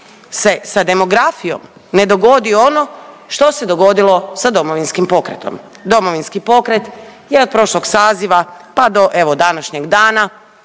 se sa demografijom ne dogodi ono što se dogodilo sa Domovinskim pokretom. Domovinski pokret je od prošlog saziva, pa do evo današnjeg dana,